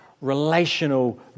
relational